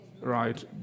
right